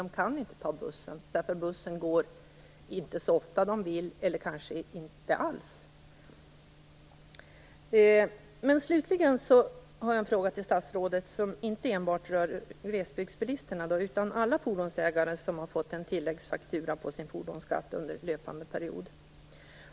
De kan inte ta bussen, därför att bussen inte går så ofta som de skulle vilja, eller den kanske inte går alls. Jag har slutligen en fråga till statsrådet, som inte enbart rör glesbygdsbilisterna utan alla fordonsägare som har fått en tilläggsfaktura på sin fordonsskatt under löpande period.